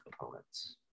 opponents